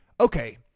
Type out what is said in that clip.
okay